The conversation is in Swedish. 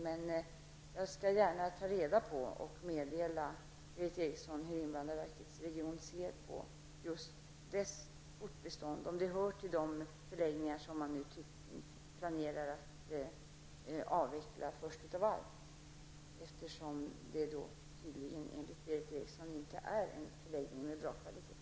Jag skall gärna ta reda på och meddela Berith Eriksson hur invandrarverket ser på just Enköpingsförläggningens fortbestånd, om förläggningen hör till dem som man planerar att avveckla först. Tydligen är inte förläggningen enligt